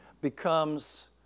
becomes